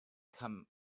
come